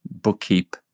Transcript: bookkeep